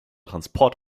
transport